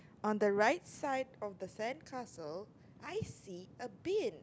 on the right side on the sandcastle I see a bin